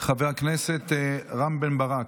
חבר הכנסת רם בן ברק,